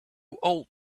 old